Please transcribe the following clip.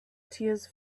tears